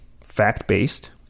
fact-based